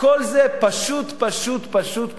הכול זה פשוט פשוט פשוט פוליטיקה.